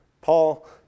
Paul